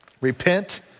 Repent